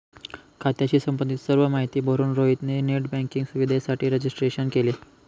खात्याशी संबंधित सर्व माहिती भरून रोहित ने नेट बँकिंग सुविधेसाठी रजिस्ट्रेशन केले